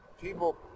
People